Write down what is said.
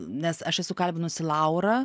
nes aš esu kalbinusi laurą